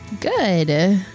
good